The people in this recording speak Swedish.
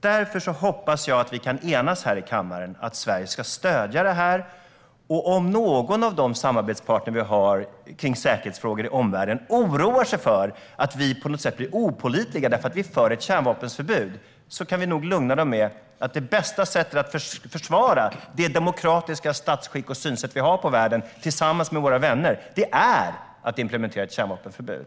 Därför hoppas jag att vi kan enas här i kammaren om att Sverige ska stödja detta. Om någon av de samarbetspartner som vi har kring säkerhetsfrågor i omvärlden oroar sig för att vi ska bli opålitliga för att vi förespråkar ett kärnvapenförbud, så kan vi nog tillsammans med våra vänner lugna dem med att det bästa sättet att försvara det demokratiska statsskicket och vår syn på omvärlden är att implementera ett kärnvapenförbud.